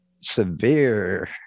severe